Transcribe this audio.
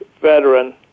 Veteran